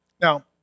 Now